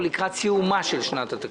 או לקראת סיומה של שנת התקציב.